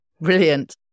Brilliant